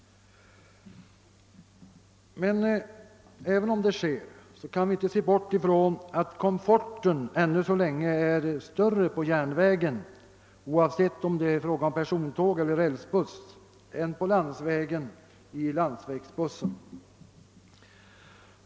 Men även om så blir fallet kan vi inte se bort från att komforten ännu så länge är större på järnvägen —oavsett om det är fråga om persontåg eller rälsbuss — än i landsvägsbuss.